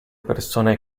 persone